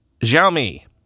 Xiaomi